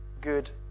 good